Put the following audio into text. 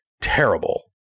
terrible